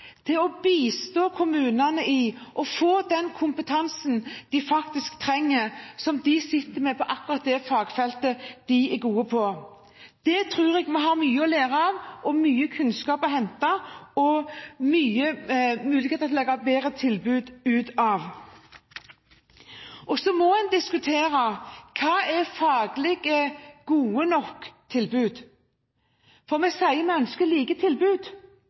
bistå kommunene i å få den kompetansen de faktisk trenger, og som de sitter med på akkurat det fagfeltet de er gode på. Der tror jeg vi har mye å lære, mye kunnskap å hente, og mange muligheter til å lage et bedre tilbud. Så må en diskutere hva faglig gode nok tilbud er, for vi sier at vi ønsker like tilbud,